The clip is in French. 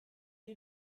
est